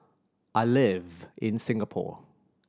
I live in Singapore